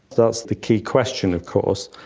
that's the key question of course.